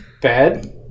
bad